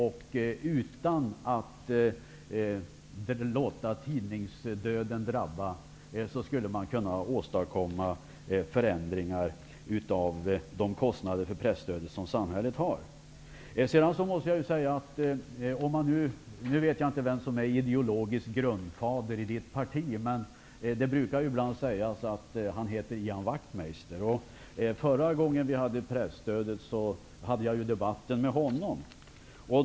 Utan att låta tidningsdöden drabba skulle man kunna åstadkomma förändringar när det gäller de kostnader för presstödet som samhället har. Jag vet inte vem som är ideologisk grundfader i Harriet Collianders parti. Men det brukar ibland sägas att han heter Ian Wachtmeister. Men förra gången som vi diskuterade presstödet förde jag debatten med honom.